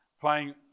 playing